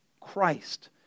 Christ